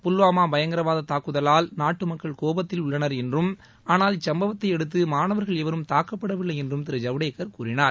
புல்வாமா பயங்கரவாதத் தாக்குதலால் நாட்டு மக்கள் கோபத்தில் உள்ளனர் என்றும் ஆனால் இச்சம்பவத்தையடுத்து மாணவர்கள் எவரும் தாக்கப்படவில்லை என்றும் திரு ஜவ்டேகர் கூறினார்